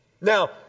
Now